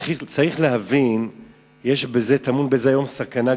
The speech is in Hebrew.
צריך להבין שטמונה בזה היום סכנה גדולה,